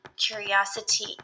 Curiosity